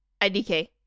idk